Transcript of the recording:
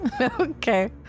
Okay